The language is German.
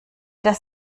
das